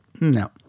no